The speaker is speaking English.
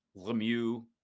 Lemieux